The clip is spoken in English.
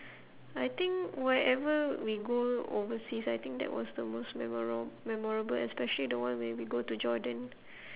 I think wherever we go overseas I think that was the most memora~ memorable especially the one where we go to jordan